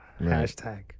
Hashtag